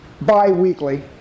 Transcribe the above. bi-weekly